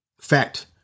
Fact